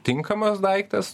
tinkamas daiktas